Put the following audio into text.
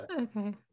Okay